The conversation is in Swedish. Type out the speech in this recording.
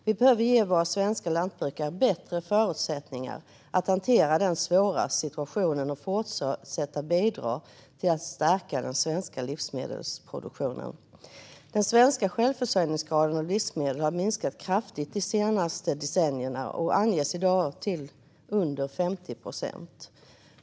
Vi behöver ge våra svenska lantbrukare bättre förutsättningar att hantera denna svåra situation och fortsätta att bidra till att stärka den svenska livsmedelsproduktionen. Den svenska självförsörjningsgraden av livsmedel har minskat kraftigt de senaste decennierna och anges i dag till under 50 procent.